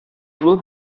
will